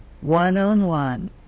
one-on-one